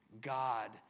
God